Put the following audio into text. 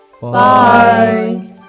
Bye